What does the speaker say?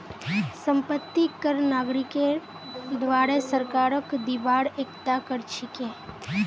संपत्ति कर नागरिकेर द्वारे सरकारक दिबार एकता कर छिके